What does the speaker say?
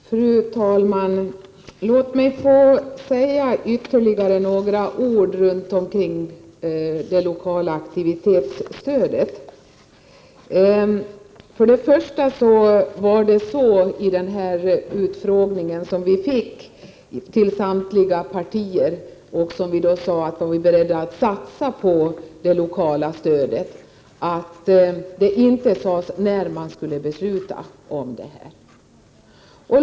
Fru talman! Låt mig få säga ytterligare några ord om det lokala aktivitetsstödet. I den enkät som skickades ut till samtliga partier och där vi sade att vi är beredda att satsa på det lokala stödet sades inte när man skulle besluta om detta.